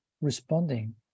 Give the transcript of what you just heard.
responding